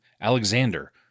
Alexander